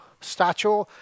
statue